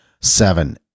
Seven